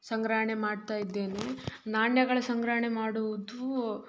ಸಂಗ್ರಹಣೆ ಮಾಡ್ತಾ ಇದ್ದೇನೆ ನಾಣ್ಯಗಳ ಸಂಗ್ರಹಣೆ ಮಾಡುವುದು